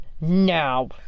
now